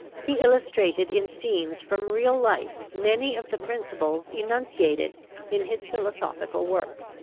he illustrated in scenes from real life many of the principles enunciated in his philosophical work.